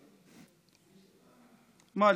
מה,